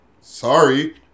Sorry